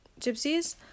gypsies